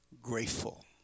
grateful